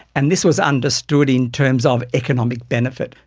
and this was understood in terms of economic benefit.